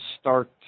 start